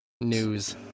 news